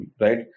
right